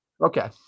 okay